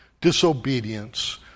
disobedience